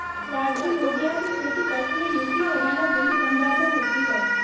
राजू लोबिया की खेती पश्चिमी यूपी, हरियाणा, दिल्ली, पंजाब में होती है